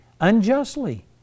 unjustly